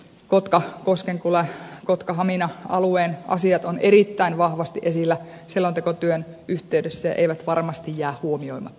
ten t kotkakoskenkylä kotkahamina alueen asiat ovat erittäin vahvasti esillä selontekotyön yhteydessä ja eivät varmasti ja kuopion